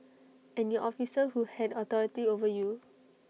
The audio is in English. and your officer who had authority over you